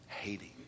Hating